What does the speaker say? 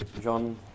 John